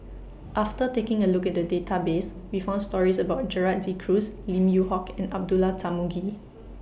after taking A Look At The Database We found stories about Gerald De Cruz Lim Yew Hock and Abdullah Tarmugi